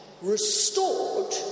restored